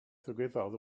ddigwyddodd